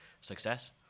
success